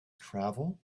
travel